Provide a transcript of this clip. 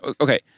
okay